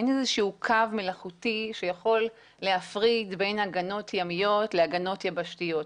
אין איזשהו קו מלאכותי שיכול להפריד בין הגנות ימיות להגנות יבשתיות.